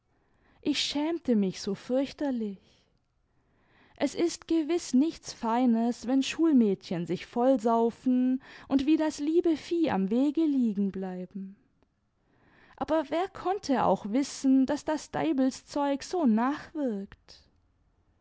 ich schämte mich so fürchterlich es ist gewiß nichts feines wenn schulmädchen sich vollsaufen tmd wie das liebe vieh am wege liegen bleiben aber wer konnte auch wissen daß das deibelszeug so nachwirkt